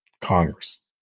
Congress